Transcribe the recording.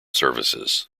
services